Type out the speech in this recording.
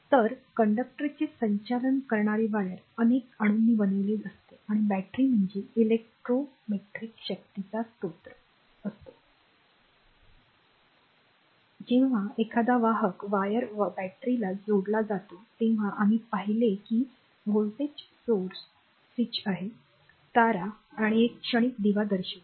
तर कंडक्टरचे संचालन करणारे वायर अनेक अणूंनी बनलेले असते आणि बॅटरी म्हणजे इलेक्ट्रोमेट्रिक शक्तीचा स्त्रोत असतो जेव्हा एखादा वाहक वायर बॅटरीला जोडला जातो तेव्हा आम्ही पाहिले की व्होल्टेज स्त्रोत स्विच आहे तारा आणि एक क्षणिक दिवा दर्शवितो